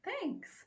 Thanks